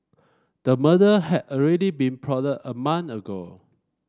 the murder had already been plotted a month ago